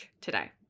today